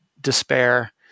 despair